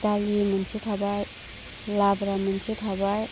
दालि मोनसे थाबाय लाब्रा मोनसे थाबाय